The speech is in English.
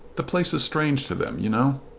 the place is strange to them, you know.